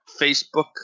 Facebook